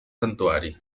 santuari